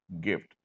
gift